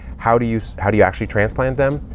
how do you, how do you actually transplant them?